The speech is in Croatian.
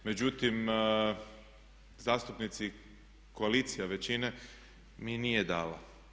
Međutim, zastupnici koalicije, većine mi nije dala.